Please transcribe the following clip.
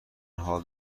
حال